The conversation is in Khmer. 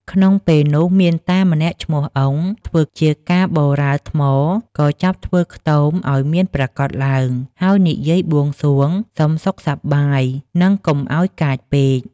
ក្នុងពេលនោះមានតាម្នាក់ឈ្មោះ អ៊ុង ធ្វើជាកាប៉ូរ៉ាលថ្ម ក៏ចាប់ធ្វើខ្ទមឲ្យមានប្រាកដឡើង ហើយនិយាយបួងសួងសុំសុខសប្បាយ និងកុំឲ្យកាចពេក ។